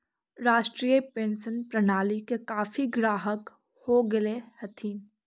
राष्ट्रीय पेंशन प्रणाली के काफी ग्राहक हो गेले हथिन